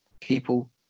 people